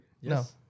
Yes